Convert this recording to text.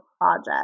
project